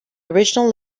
original